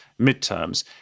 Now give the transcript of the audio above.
midterms